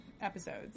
episodes